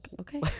Okay